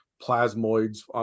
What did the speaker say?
plasmoids